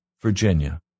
Virginia